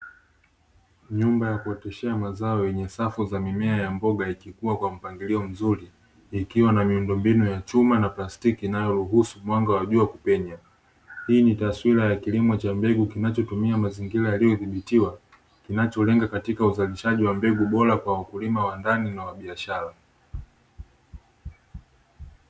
Nyumba ya kuteshea mazao yenye safu ya mimea ya mboga ikikuwa kwa mpangilio mzuri ikiwa na miundo mbinu ya chuma na plastiki inayo ruhusu mwanga wa jua kupenya. Hii ni taswira ya kilimo cha mbegu kinacho tumia mazingira yanayo dhibitiwa kinacho lenga katika uzalishaji wa mbegu boa kwa wakulima wa ndani na wa biashara.